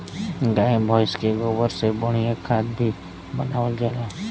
गाय भइस के गोबर से बढ़िया खाद भी बनावल जाला